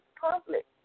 public